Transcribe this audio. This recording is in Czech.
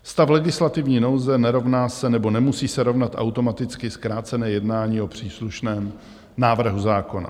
Stav legislativní nouze nerovná se, nebo nemusí se rovnat, automaticky zkrácené jednání o příslušném návrhu zákona.